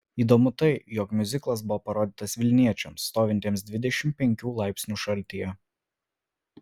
įdomu tai jog miuziklas buvo parodytas vilniečiams stovintiems dvidešimt penkių laipsnių šaltyje